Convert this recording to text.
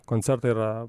koncertai yra